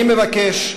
אני מבקש,